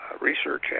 Research